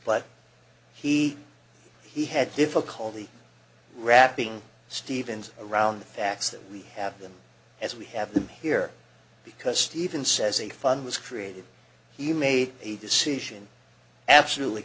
but he he had difficulty wrapping stevens around the facts that we have them as we have them here because stephen says a fund was created he made a decision absolutely